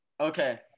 Okay